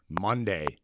Monday